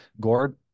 Gord